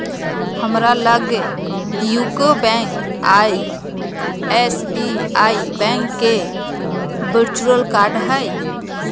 हमरा लग UCO bank आऽ एस.बी.आई बैंक के वर्चुअल कार्ड हइ